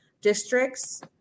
districts